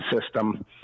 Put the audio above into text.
system